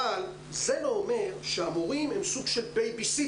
אבל זה לא אומר שהמורים הם סוג של בייביסיטר